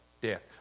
Death